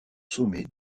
sommets